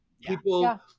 People